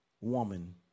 Woman